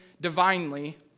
divinely